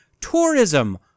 tourism